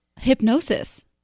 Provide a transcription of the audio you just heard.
hypnosis